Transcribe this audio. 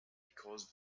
because